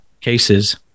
cases